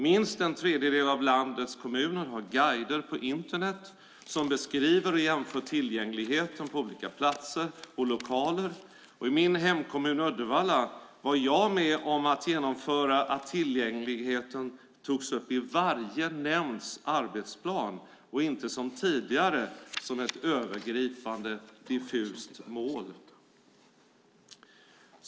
Minst en tredjedel av landets kommuner har guider på Internet som beskriver och jämför tillgängligheten på olika platser och för olika lokaler. I min hemkommun Uddevalla var jag med om att genomföra att tillgängligheten togs upp i varje nämnds arbetsplan och inte som tidigare som ett övergripande, diffust mål.